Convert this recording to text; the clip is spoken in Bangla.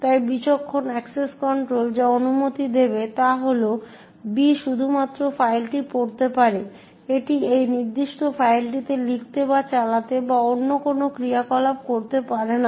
তাই বিচক্ষণ অ্যাক্সেস কন্ট্রোল যা অনুমতি দেবে তা হল B শুধুমাত্র ফাইলটি পড়তে পারে এটি এই নির্দিষ্ট ফাইলটিতে লিখতে বা চালাতে বা অন্য কোনো ক্রিয়াকলাপ করতে পারে না